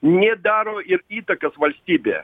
nėdaro ir įtakas valstybėje